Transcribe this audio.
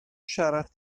siarad